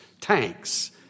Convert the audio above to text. tanks